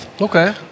Okay